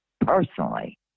personally